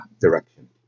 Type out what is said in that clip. direction